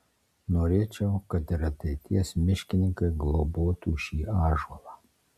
norėčiau kad ir ateities miškininkai globotų šį ąžuolą